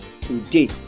today